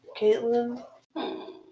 Caitlin